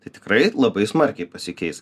tai tikrai labai smarkiai pasikeis